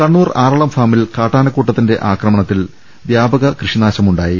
കണ്ണൂർ ആറളം ഫാമിൽ കാട്ടാനക്കൂട്ടത്തിന്റെ അക്ര മത്തിൽ വ്യാപക കൃഷിനാശമുണ്ടായി